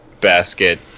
basket